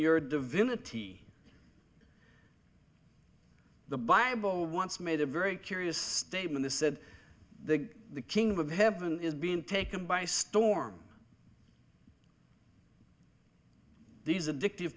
your divinity the bible once made a very curious statement is said that the kingdom of heaven is being taken by storm these addictive